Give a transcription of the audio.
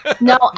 No